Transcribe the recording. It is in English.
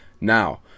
Now